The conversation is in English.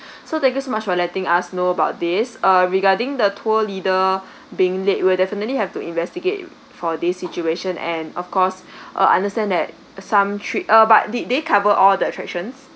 so thank you so much or letting us know about this uh regarding the tour leader being late we'll definitely have to investigate for this situation and of course uh understand that some trip uh but did they cover all the attractions